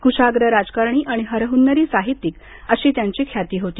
कृशाग्र राजकारणी आणि हरहुन्नरी साहित्यिक अशी त्यांची ख्याती होती